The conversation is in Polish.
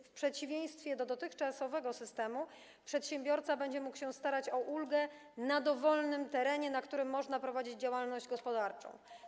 W przeciwieństwie do dotychczasowego systemu przedsiębiorca będzie mógł starać się o ulgę na dowolnym terenie, na którym można prowadzić działalność gospodarczą.